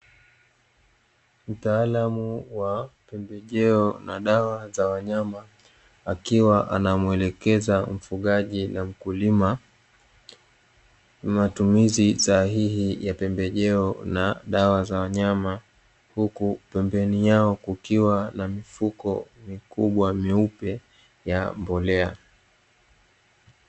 Mtaalamu wa pembejeo na dawa za wanyama akiwa anamuelekeza mfugaji na mkulima, matumizi sahihi ya pembejeo na dawa za wanyama huku pembeni yao kukiwa na mifuko mikubwa myeupe, ya mbolea.